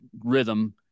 rhythm